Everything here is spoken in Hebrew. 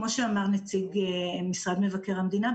כמו שאמר נציג משרד מבקר המדינה,